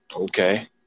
Okay